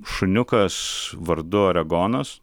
šuniukas vardu oregonas